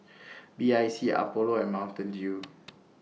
B I C Apollo and Mountain Dew